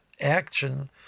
action